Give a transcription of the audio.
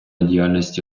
діяльності